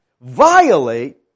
violate